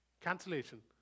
cancellation